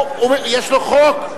הוא, יש לו חוק.